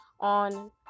on